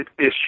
issue